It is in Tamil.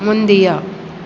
முந்தையா